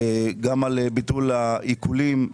גם על ביטול העיקולים.